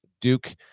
Duke